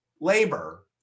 Labor